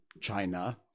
China